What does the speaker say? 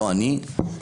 לא אני,